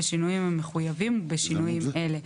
בשינויים המחויבים ובשינויים אלה: